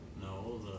No